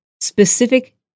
specific